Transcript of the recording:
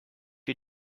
you